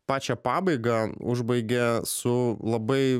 pačią pabaigą užbaigė su labai